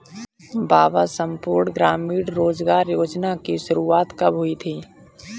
बाबा संपूर्ण ग्रामीण रोजगार योजना की शुरुआत कब हुई थी?